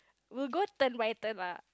will go turn by turn lah